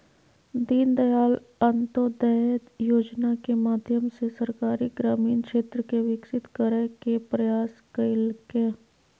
दीनदयाल अंत्योदय योजना के माध्यम से सरकार ग्रामीण क्षेत्र के विकसित करय के प्रयास कइलके